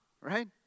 right